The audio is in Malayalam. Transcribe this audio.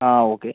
ആ ഓക്കേ